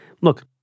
look